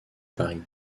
paris